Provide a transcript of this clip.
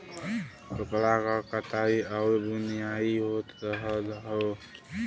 कपड़ा क कताई आउर बुनाई होत रहल हौ